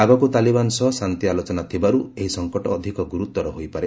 ଆଗକୁ ତାଲିବାନ ସହ ଶାନ୍ତି ଆଲୋଚନା ଥିବାକୁ ଏହି ସଫକଟ ଅଧିକ ଗୁରୁତର ହୋଇପାରେ